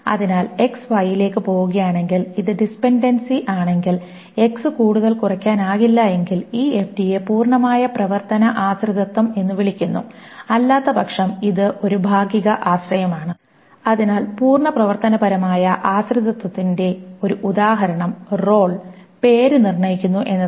അതിനാൽ X Y ലേക്ക് പോവുകയാണെങ്കിൽ ഇത് ഡിപെൻഡൻസി ആണെങ്കിൽ X കൂടുതൽ കുറയ്ക്കാനാകില്ലെങ്കിൽ ഈ FD യെ പൂർണ്ണമായ പ്രവർത്തന ആശ്രിതത്വം എന്ന് വിളിക്കുന്നു അല്ലാത്തപക്ഷം ഇത് ഒരു ഭാഗിക ആശ്രയമാണ് അതിനാൽ പൂർണ്ണ പ്രവർത്തനപരമായ ആശ്രിതത്വത്തിന്റെ ഒരു ഉദാഹരണം റോൾ പേര് നിർണ്ണയിക്കുന്നു എന്നതാണ്